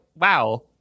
wow